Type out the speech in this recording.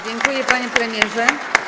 Dziękuję, panie premierze.